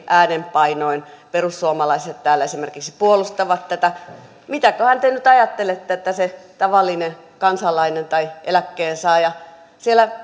äänenpainoin perussuomalaiset täällä esimerkiksi puolustavat tätä mitäköhän te nyt ajattelette että se tavallinen kansalainen tai eläkkeensaaja siellä